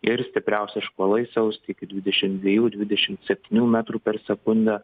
ir stipriausi škvalai siausti iki dvidešim dviejų dvidešimt septynių metrų per sekundę